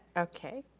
okay.